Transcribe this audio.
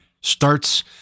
starts